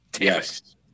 Yes